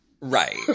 Right